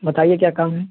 बताइए क्या काम है